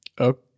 Okay